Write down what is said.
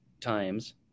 times